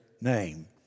name